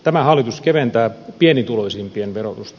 tämä hallitus keventää pienituloisimpien verotusta